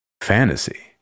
fantasy